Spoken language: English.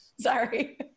sorry